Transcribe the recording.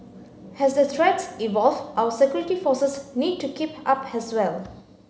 as the threats evolve our security forces need to keep up as well